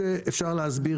אפשר להסביר,